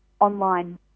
online